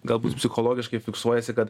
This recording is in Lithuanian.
galbūt psichologiškai fiksuojasi kad